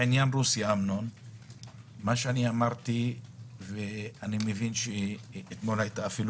בעניין רוסיה: אני מבין שאתמול הייתה אפילו